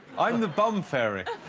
i'm the bomb fairy